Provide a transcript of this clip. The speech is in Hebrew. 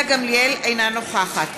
אינה נוכחת